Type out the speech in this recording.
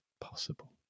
possible